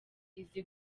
izi